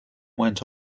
went